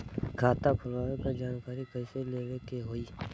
खाता खोलवावे के जानकारी कैसे लेवे के होई?